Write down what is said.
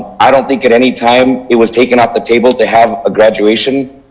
i don't think at any time it was taken off the table to have a graduation.